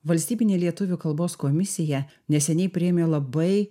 valstybinė lietuvių kalbos komisija neseniai priėmė labai